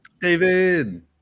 David